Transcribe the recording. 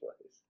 place